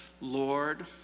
Lord